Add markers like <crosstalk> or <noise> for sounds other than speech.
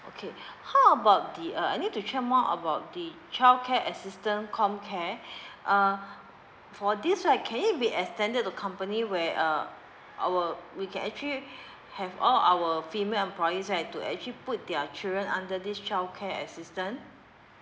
okay <breath> how about the uh I need to check more about the child care assistant com care <breath> uh for this right can it be extended to company where uh our we can actually <breath> have all our female employees right to actually put their children under this child care assistant